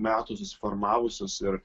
metų susiformavusius ir